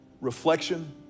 reflection